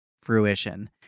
fruition